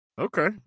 okay